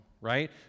right